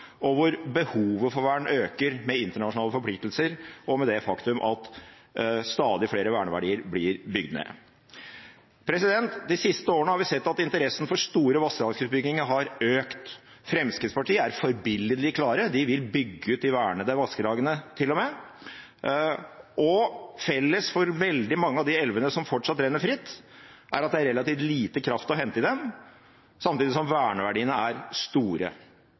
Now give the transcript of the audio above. og når behovet for vern øker med internasjonale forpliktelser, og med det faktum at stadig flere verneverdier blir bygd ned. De siste årene har vi sett at interessen for store vassdragsutbygginger har økt. Fremskrittspartiet er forbilledlig klare. De vil bygge ut de vernede vassdragene til og med. Felles for veldig mange av de elvene som fortsatt renner fritt, er at det er relativt lite kraft å hente i dem, samtidig som verneverdiene er store.